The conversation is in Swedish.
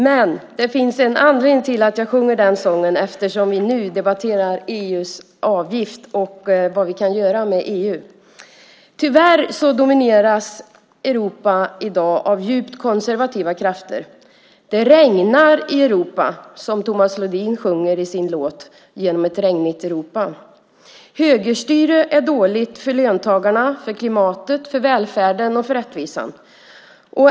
Men det finns en anledning till att jag sjunger den sången eftersom vi nu debatterar EU:s avgift och vad vi kan göra med EU. Tyvärr domineras Europa i dag av djupt konservativa krafter. Det regnar i Europa, som Tomas Ledin sjunger i sin låt Genom ett regnigt Europa . Högerstyre är dåligt för löntagarna, för klimatet, för välfärden och för rättvisan.